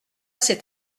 c’est